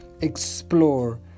Explore